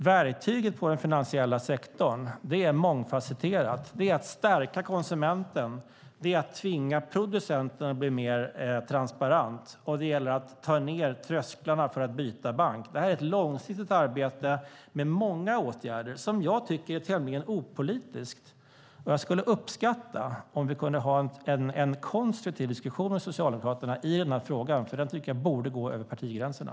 Verktyget inom den finansiella sektorn är mångfasetterat. Det är att stärka konsumenten och tvinga producenten att bli mer transparent, och det gäller att ta ned trösklarna för att byta bank. Det här är ett långsiktigt arbete, med många åtgärder, som jag tycker är tämligen opolitiskt. Jag skulle uppskatta om vi kunde ha en konstruktiv diskussion med Socialdemokraterna i den här frågan, för jag tycker att den borde gå över partigränserna.